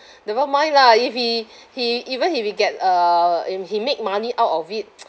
never mind lah if he he even if he get uh um he make money out of it